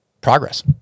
progress